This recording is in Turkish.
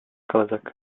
kalacak